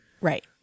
Right